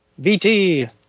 VT